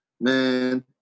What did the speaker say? man